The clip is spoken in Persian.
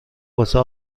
واسه